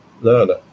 learner